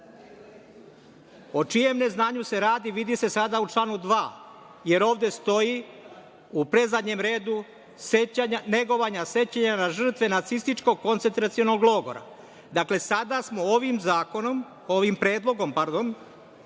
čijem neznanju se radi vidi se sada u članu 2, jer ovde stoji, u predzadnjem redu, „negovanja sećanja na žrtve nacističkog koncentracionog logora“. Dakle, sada smo, ovim zakonom,